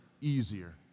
easier